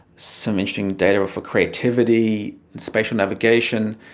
some interesting data for creativity, spatial navigation,